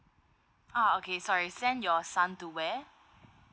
ah okay sorry send your son to where